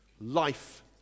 Life